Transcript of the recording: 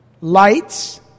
Lights